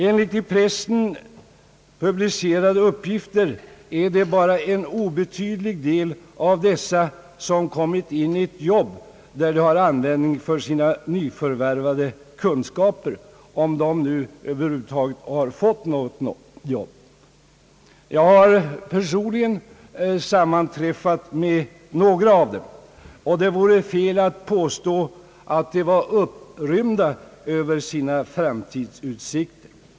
Enligt i pressen publicerade uppgifter är det bara en obetydlig del av dessa som kommit in i ett jobb där de har användning för sina nyförvärvade kunskaper, om de nu över huvud taget har fått något jobb. Jag har personligen sammanträffat med några av dem, och det vore fel att påstå att de var upprymda över sina framtidsutsikter.